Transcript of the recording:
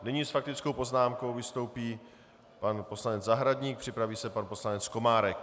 Nyní s faktickou poznámkou vystoupí pan poslanec Zahradník, připraví se pan poslanec Komárek.